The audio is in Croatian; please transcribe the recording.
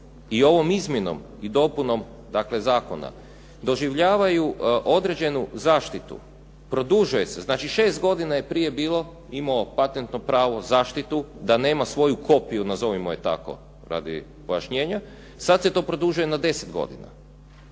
i ovom izmjenom i dopunom zakona doživljavaju određenu zaštitu, produžuje se. Znači, šest godina je prije bilo imao patentno pravo, zaštitu, da nema svoju kopiju nazovimo je tako radi pojašnjenja, sad se to produžuje na deset godina.